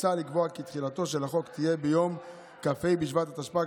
הוצע לקבוע כי תחילתו של החוק תהיה ביום כ"ה בשבט התשפ"ג,